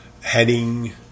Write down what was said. heading